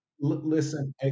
listen